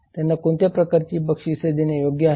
त्यांना कोणत्या प्रकारची बक्षिसे देणे योग्य आहे